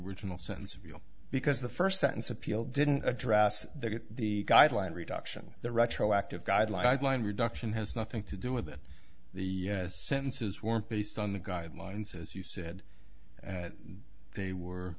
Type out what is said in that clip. original sense of you because the first sentence appeal didn't address that the guideline reduction the retroactive guideline reduction has nothing to do with it the sentences weren't based on the guidelines as you said they were